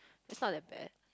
it's not that bad